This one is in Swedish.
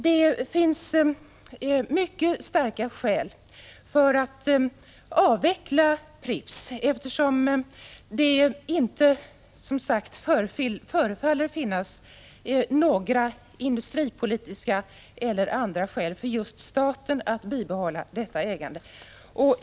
Det finns mycket starka skäl för att avveckla Pripps, eftersom det som sagt inte förefaller finnas några industripolitiska eller andra skäl för just staten att bibehålla detta ägande.